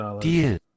Deal